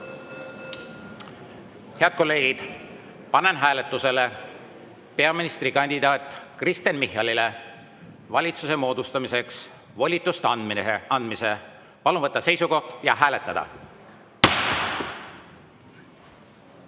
Head kolleegid, panen hääletusele peaministrikandidaat Kristen Michalile valitsuse moodustamiseks volituste andmise. Palun võtta seisukoht ja hääletada!